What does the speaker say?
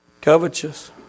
Covetous